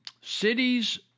Cities